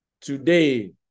today